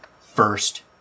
first